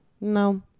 No